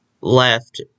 left